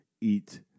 eat